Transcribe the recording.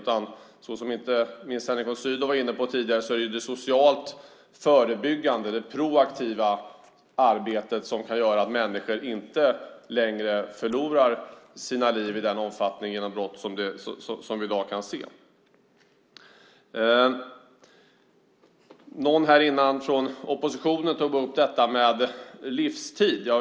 Men som inte minst Henrik von Sydow tidigare var inne på kan det socialt förebyggande arbetet, det proaktiva arbetet, göra att människor till följd av brott inte längre förlorar livet i den omfattning som vi i dag kan se. Någon i oppositionen tog upp detta med livstid.